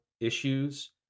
issues